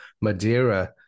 Madeira